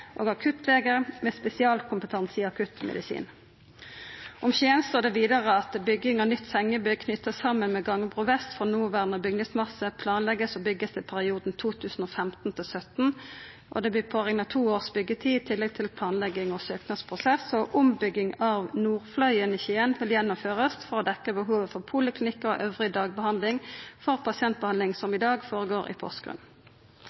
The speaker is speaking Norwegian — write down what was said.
og akuttleger med spesialkompetanse i akuttmedisin». Om Skien står det vidare: «Bygging av nytt sengebygg knyttet sammen med gangbro vest for nåværende bygningsmasse. Planlegges og bygges i perioden 2015–2017. Det påregnes to års byggetid i tillegg til planlegging og søknadsprosesser.» Og: «Ombygging av Nordfløyen i Skien vil gjennomføres for å dekke behovet for poliklinikker og øvrig dagbehandling for pasientbehandlingen som